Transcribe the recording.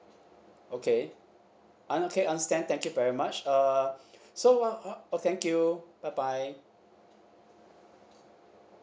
okay un~ okay understand thank you very much uh so what what thank you bye bye